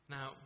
Now